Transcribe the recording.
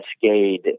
cascade